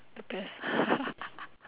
the best